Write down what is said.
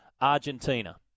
argentina